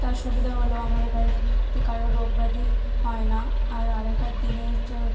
তার সুবিধা হল আমাদের বাড়িতে কারও রোগ ব্যাধি হয় না আর আগেকার দিনে যার